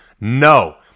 No